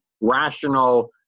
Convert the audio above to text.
rational